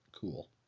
cool